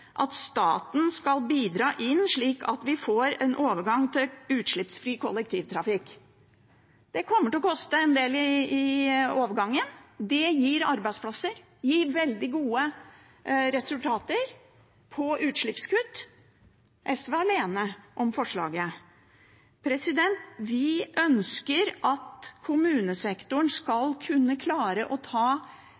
at staten skal bidra slik at vi får en overgang til utslippsfri kollektivtrafikk. Det kommer til å koste en del i overgangen, men det gir arbeidsplasser og veldig gode resultater på utslippskutt. SV er alene om forslaget. Vi ønsker at kommunesektoren også skal